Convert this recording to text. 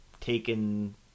taken